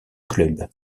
club